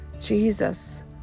Jesus